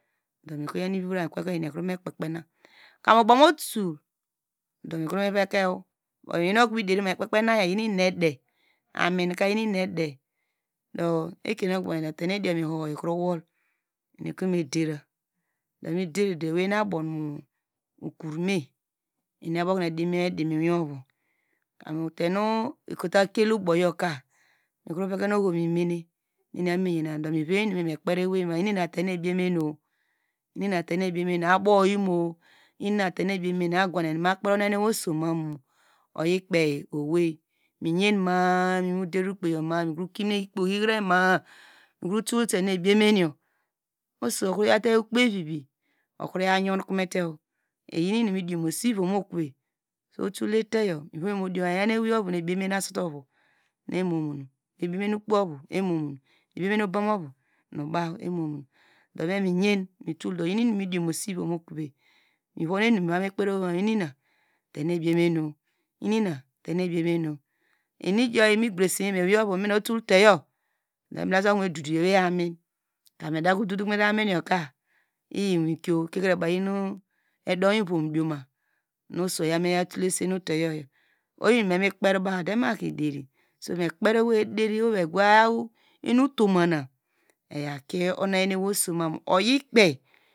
Do mikro yaw nu ivi vora mikwekoyi eni okrova mepkepkena, kamu ubome utul do mikro miveke do iye okonu mi derima nou ikpepenu ede, aminka yeinum nu ede doekrenu abom mu krome emedimo iwin ovo kamute nu ikroke uboyoka mikro vekenu oho mimeme okonu eni abome yena do mekperi, ewei mamu inina tenu ebiyemen, abow imu, agwane nume akperi unuoyen oso, oyikpei owei miyen ma- a uder upkeyor ukpe ohihar ma- a mikro tul tenu ebiyemen, oso ukro yorte ukpe vivi okroyaw yonkomete iye inunu medimose ivom me ukuva, utul le teyo ivome mudioma eyan eweyovo nu baw nu me ebiyene asutovi nu emo mono, but me me yan oyi inunu midiomuse miva mikperi ewei mamu inina tenu ebiyeme nu, inunu migrese teyo, me blese okonu me dodo eye amin kam edakro dodo mete amin yoka iyi winkio kikrebaw iyenu edu ivom dioma nu oso oyame yaw tule senu teyoyo oyi, meme kperbaw do emaderi mikpri ewei ederi oho eya enutumanu eyakie unuyen ewei oso mamu oyi kpei.